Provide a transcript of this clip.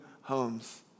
homes